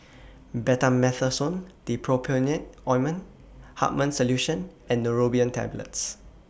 Betamethasone Dipropionate Ointment Hartman's Solution and Neurobion Tablets